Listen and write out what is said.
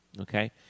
okay